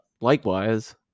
likewise